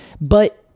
But-